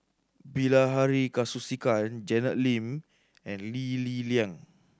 Bilahari Kausikan Janet Lim and Lee Li Lian